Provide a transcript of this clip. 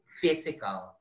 physical